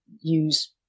use